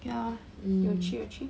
mm